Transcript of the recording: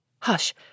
Hush